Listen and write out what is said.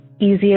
easier